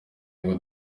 ngo